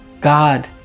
God